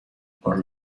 por